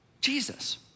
Jesus